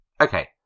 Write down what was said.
Okay